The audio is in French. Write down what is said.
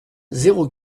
zéro